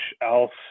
else